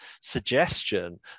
suggestion